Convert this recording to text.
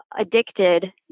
addicted